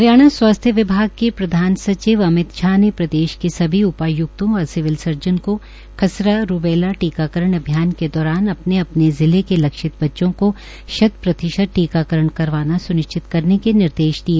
हरियाणा स्वास्थ्य विभाग के अतिरिक्त मुख्य सचिव श्री अमित झा ने प्रदेश के सभी उपाय्क्तों व सिविल सर्जनों को खसरा रूबैला टीकाकरण अभियान के दौरान अपने अपने जिला के लक्षित बच्चों का शत प्रतिशत टीकाकरण करवाना स्निश्चित करने के निर्देश दिए